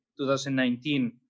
2019